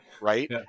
right